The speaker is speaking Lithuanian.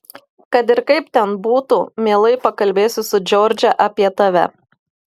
kad ir kaip ten būtų mielai pakalbėsiu su džordže apie tave